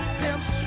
pimps